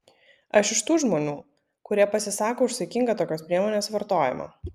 aš iš tų žmonių kurie pasisako už saikingą tokios priemonės vartojimą